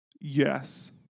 Yes